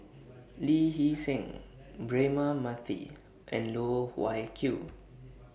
Lee Hee Seng Braema Mathi and Loh Wai Kiew